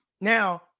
Now